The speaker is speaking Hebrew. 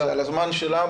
זה על הזמן שלה.